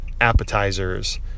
appetizers